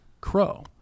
crow